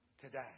today